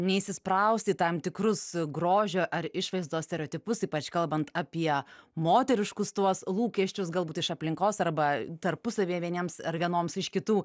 neįsisprausti į tam tikrus grožio ar išvaizdos stereotipus ypač kalbant apie moteriškus tuos lūkesčius galbūt iš aplinkos arba tarpusavyje vieniems ar vienoms iš kitų